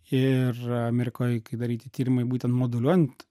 ir amerikoj kai daryti tyrimai būtent moduliuojant